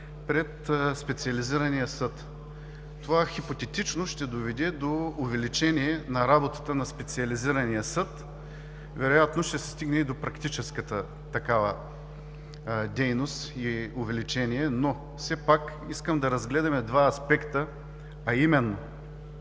пред Специализирания съд. Това хипотетично ще доведе до увеличение на работата на Специализирания съд, вероятно ще се стигне и до практическата такава дейност и увеличение, но все пак искам да разгледаме два аспекта, а именно: